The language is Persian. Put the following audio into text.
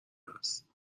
هست